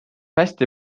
hästi